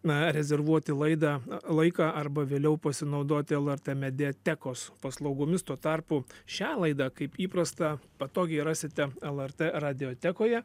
na rezervuoti laidą laiką arba vėliau pasinaudoti lrt mediatekos paslaugomis tuo tarpu šią laidą kaip įprasta patogiai rasite lrt radiotekoje